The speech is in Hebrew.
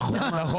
נכון.